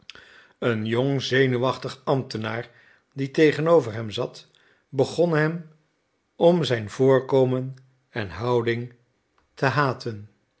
een jong zenuwachtig ambtenaar die tegenover hem zat begon hem om zijn voorkomen en houding te haten